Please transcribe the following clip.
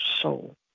soul